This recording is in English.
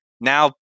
Now